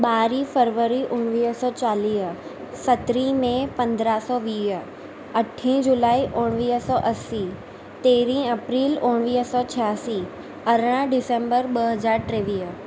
ॿारहीं फरवरी उणिवीह सौ चालीह सत्रहीं मई पंद्रहं सौ वीह अठी जुलाइ उणिवीह सौ असी तेरहीं अप्रैल उणिवीह सौ छिआसी अरिड़हं दिसंबर ॿ हज़ार टेवीह